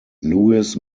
lewis